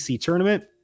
tournament